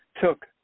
took